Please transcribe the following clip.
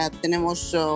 tenemos